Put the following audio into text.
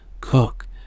Cook